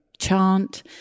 chant